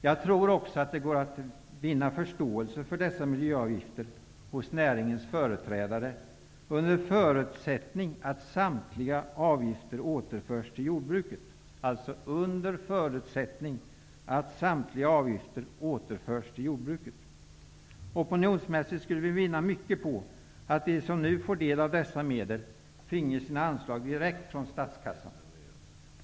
Jag tror att det går att vinna förståelse för sådana miljöavgifter hos näringens företrädare under förutsättning att samtliga avgifter återförs till jordbruket. Opinionsmässigt skulle vi vinna mycket om de som nu får del av dessa medel finge sina anslag direkt från statskassan.